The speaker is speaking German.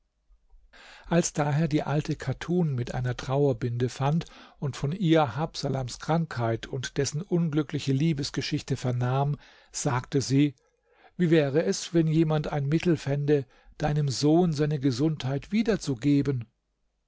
als daher die alte chatun mit einer trauerbinde fand und von ihr habsalams krankheit und dessen unglückliche liebesgeschichte vernahm sagte sie wie wäre es wenn jemand ein mittel fände deinem sohn seine gesundheit wieder